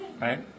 right